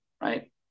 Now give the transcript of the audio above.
Right